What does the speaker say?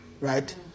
right